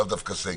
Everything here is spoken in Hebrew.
לאו דווקא סגר.